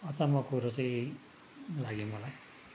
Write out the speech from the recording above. अचम्म कुरो चाहिँ यही लाग्यो मलाई